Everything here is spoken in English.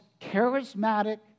charismatic